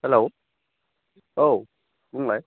हेल' औ बुंलाय